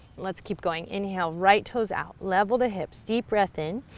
let's keep going, inhale, right toes out, level the hips, deep breath in,